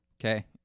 Okay